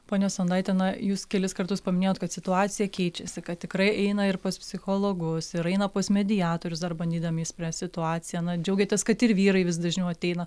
ponia sondaite na jūs kelis kartus paminėjot kad situacija keičiasi kad tikrai eina ir pas psichologus ir aina pas mediatorius dar bandydami išspręst situaciją džiaugiatės kad ir vyrai vis dažniau ateina